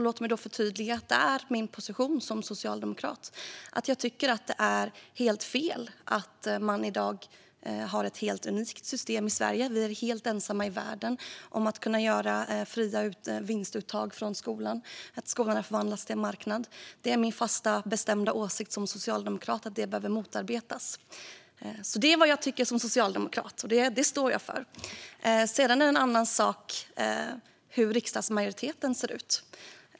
Låt mig då förtydliga att min position som socialdemokrat är att jag tycker att det är helt fel att vi i Sverige i dag har ett helt unikt system där skolan har förvandlats till en marknad. Vi är helt ensamma i världen om möjligheten att göra fria vinstuttag från skolan. Det är min fasta och bestämda åsikt som socialdemokrat att detta behöver motarbetas. Det är vad jag tycker som socialdemokrat, och det står jag för. Sedan är det en annan sak hur riksdagsmajoriteten ser ut.